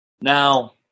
Now